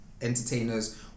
entertainers